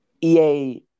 EA